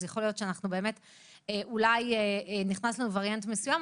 אז יכול להיות שאולי באמת אנחנו נכנסנו לווריאנט מסוים,